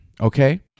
okay